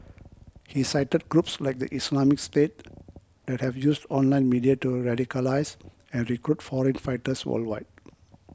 he cited groups like the Islamic State that have used online media to radicalise and recruit foreign fighters worldwide